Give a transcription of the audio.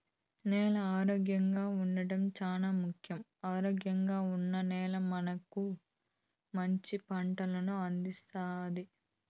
నేల ఆరోగ్యంగా ఉండడం చానా ముఖ్యం, ఆరోగ్యంగా ఉన్న నేల మనకు మంచి పంటలను అందిస్తాది